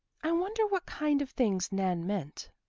i wonder what kind of things nan meant.